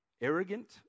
Arrogant